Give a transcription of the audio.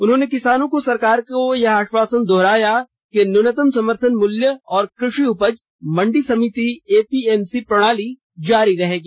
उन्होंने किसानों को सरकार का यह आश्वासन दोहराया कि न्यूनतम समर्थन मूल्य और कृषि उपज मंडी समिति ए पी एम सी प्रणाली जारी रहेगी